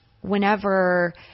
whenever